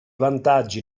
vantaggi